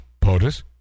POTUS